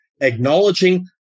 acknowledging